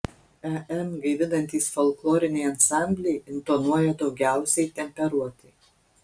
em gaivinantys folkloriniai ansambliai intonuoja daugiausiai temperuotai